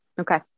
okay